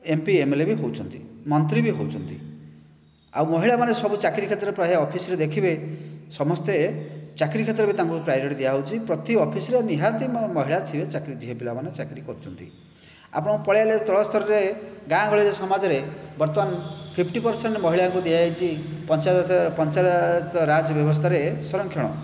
MP MLA ବି ହେଉଛନ୍ତି ମନ୍ତ୍ରୀ ବି ହେଉଛନ୍ତି ଆଉ ମହିଳାମାନେ ସବୁ ଚାକିରୀ କ୍ଷେତ୍ରରେ ପ୍ରାୟ ଅଫିସରେ ଦେଖିବେ ସମସ୍ତେ ଚାକିରୀ କ୍ଷେତ୍ରରେ ବି ତାଙ୍କୁ ପ୍ରାୟୋରୀଟି ଦିଆହେଉଛି ପ୍ରତି ଅଫିସରେ ନିହାତି ମହିଳା ଝିଅ ଚାକିରୀ ଝିଅ ପିଲାମାନେ ଚାକିରୀ କରୁଛନ୍ତି ଆପଣ ପଳାଇଲେ ତଳ ସ୍ଥରରେ ଗାଁ ଗହଳିରେ ସମାଜରେ ବର୍ତ୍ତମାନ ଫିଫ୍ଟି ପରସେଣ୍ଟ ମହିଳାଙ୍କୁ ଦିଆଯାଇଛି ପଞ୍ଚାୟତ ପଞ୍ଚାୟତ ରାଜ ବ୍ୟବସ୍ଥାରେ ସଂରକ୍ଷଣ